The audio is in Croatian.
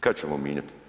Kad ćemo mijenjati?